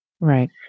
Right